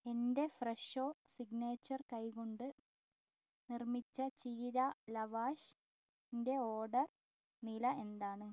എന്റെ Fresho signature കൈ കൊണ്ട് നിർമ്മിച്ച ചീര ലവാഷിന്റെ ഓർഡർ നില എന്താണ്